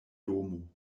domo